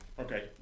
Okay